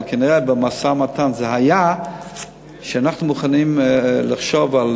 כנראה במשא-ומתן היה שאנחנו מוכנים לחשוב על